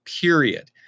period